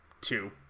two